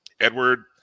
Edward